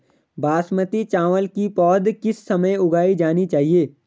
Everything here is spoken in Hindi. बासमती चावल की पौध किस समय उगाई जानी चाहिये?